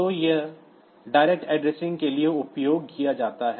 तो वे प्रत्यक्ष पते के लिए उपयोग किया जाता है